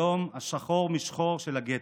היום השחור משחור של הגטו,